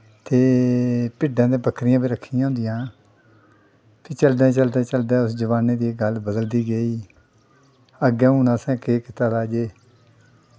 ते भिड्डां ते बक्करियां बी रक्खी दियां होंदियां हियां ते चलदे चलदे चलदे उस जमानें दी गल्ल बदलदी गेई अग्गें हून असें केह् कीता दा जे